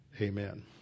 Amen